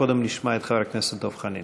קודם נשמע את חבר הכנסת דב חנין